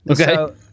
Okay